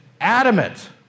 adamant